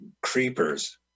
creepers